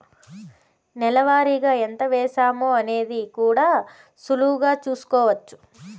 నెల వారిగా ఎంత వేశామో అనేది కూడా సులువుగా చూస్కోచ్చు